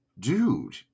Dude